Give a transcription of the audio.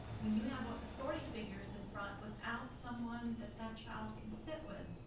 when you have authority figures in front without someone that that child can sit with,